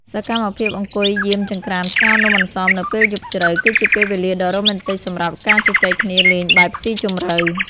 សកម្មភាពអង្គុយយាមចង្ក្រានស្ងោរនំអន្សមនៅពេលយប់ជ្រៅ គឺជាពេលវេលាដ៏រ៉ូមែនទិកសម្រាប់ការជជែកគ្នាលេងបែបស៊ីជម្រៅ។